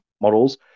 models